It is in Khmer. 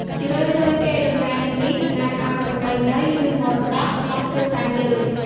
ជារឿយៗ កេរដំណែលទាំងនេះតំណាងឲ្យ ប្រពៃណី ឬ មរតក របស់គ្រួសារយើង។